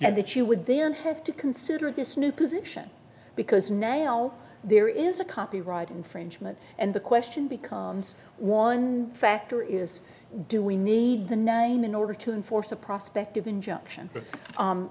now that you would then have to consider this new position because now there is a copyright infringement and the question becomes one factor is do we need the nine in order to enforce a prospect of injunction